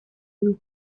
you